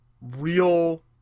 real